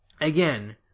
Again